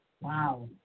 wow